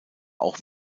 auch